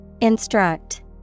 Instruct